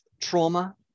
trauma